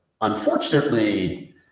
unfortunately